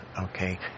okay